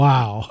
Wow